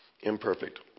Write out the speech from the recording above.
Imperfect